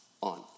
on